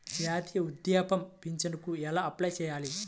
జాతీయ వృద్ధాప్య పింఛనుకి ఎలా అప్లై చేయాలి?